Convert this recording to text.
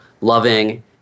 loving